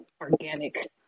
organic